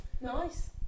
Nice